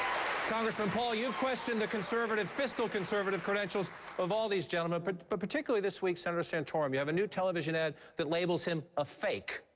congressman paul, you've questioned the conservative fiscal conservative credentials of all these gentlemen but but particularly this week senator santorum. you have a new television ad that labels him a fake.